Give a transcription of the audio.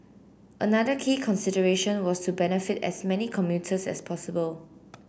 another key consideration was to benefit as many commuters as possible